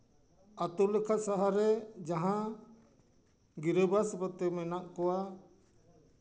ᱟᱛᱳ ᱞᱮᱠᱷᱟ ᱥᱟᱦᱟᱨ ᱨᱮ ᱡᱟᱦᱟᱸ ᱜᱤᱨᱟᱹᱵᱟᱥ ᱡᱟᱹᱛᱤ ᱢᱮᱱᱟᱜ ᱠᱚᱣᱟ